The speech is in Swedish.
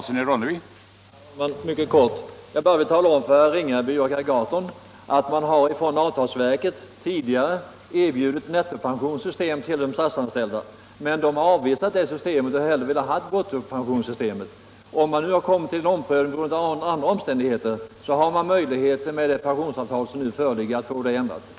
Herr talman! Jag vill tala om för herrar Ringaby och Gahrton att avtalsverket tidigare har erbjudit ett nettopensionssystem till de statsanställda, som dock har avvisat det systemet och hellre velat ha ett brut topensionssystem. Om de nu har kommit till en omprövning under andra ål omständigheter, har man med det pensionsavtal som nu föreligger möjlighet att få en ändring till stånd.